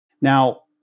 Now